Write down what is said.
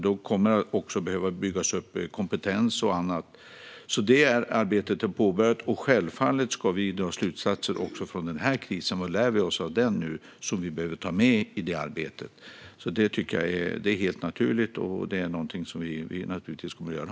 Där behöver också kompetensen byggas upp, och det arbetet är påbörjat. Självklart ska vi dra slutsatser också av denna kris. Vad lär vi oss av den som vi behöver ta med oss i arbetet? Det är helt naturligt, och det ska vi naturligtvis göra.